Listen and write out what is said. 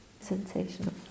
Sensational